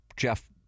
Jeff